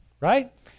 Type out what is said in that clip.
right